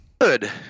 good